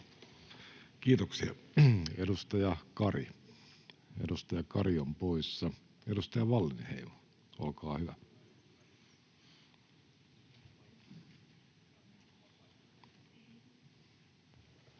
Kiitoksia. — Edustaja Kari on poissa. — Edustaja Wallinheimo, olkaa hyvä. Arvoisa